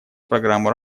программу